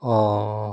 অঁ